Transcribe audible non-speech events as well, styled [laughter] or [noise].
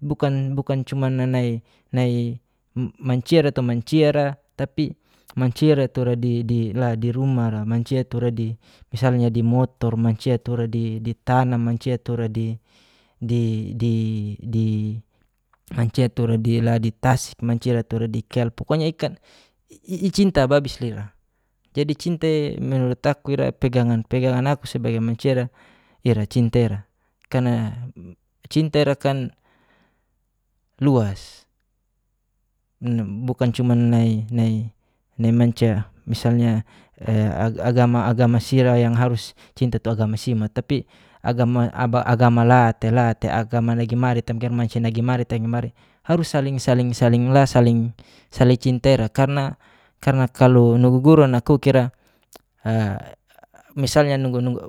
Bukan bukan cuman na nai nai mu mancia ra atau mancia ra tapi mancia ra tura di di la di ruma ra, mancia tura di misalnya di motor, mancia tura di ditana, mancia tura di di di di mancia tura di la di tasik, mancia ra tura di kel. pokonya iakan i i cinta babis lira. jadi, cinta ea menurut aku ira pegangan pegangan aku sebagai mancia ra ira cinta ira. karna cinta irakan luas [hesitation] bukan cuman nai nai nai mancia misalnya e agama agama sira yang harus cinta tu agama si mo tapi agama aba agama la te la te agama nagi mari te margi mancia nagi mari te nagi mari harus saling saling saling la saling saling cinta ira karna karna kalo nugu guru nakuk ira a misalnya nunggu nunggu [hesitation]